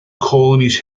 colonies